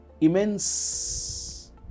immense